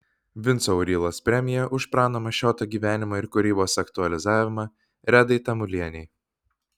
vinco aurylos premija už prano mašioto gyvenimo ir kūrybos aktualizavimą redai tamulienei